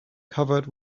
covered